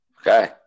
Okay